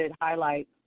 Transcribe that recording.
highlight